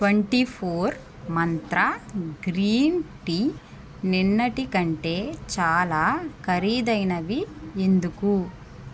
twenty four Mantra green tea నిన్నటి కంటే చాలా ఖరీదైనవి ఎందుకు